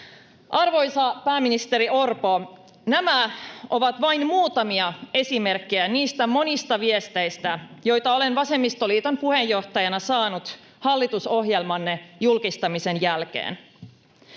Arvoisa pääministeri Orpo, nämä ovat vain muutamia esimerkkejä niistä monista viesteistä, joita olen vasemmistoliiton puheenjohtajana saanut hallitusohjelmanne julkistamisen jälkeen.